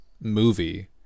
movie